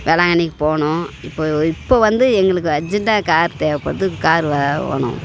வேளாங்கண்ணிக்கு போகணும் இப்போது இப்போ வந்து எங்களுக்கு அர்ஜென்ட்டாக கார் தேவைப்படுது காரு வேணும்